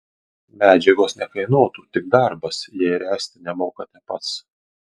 medžiagos nekainuotų tik darbas jei ręsti nemokate pats